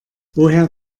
woher